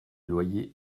loyers